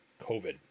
COVID